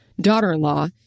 daughter-in-law